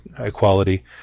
equality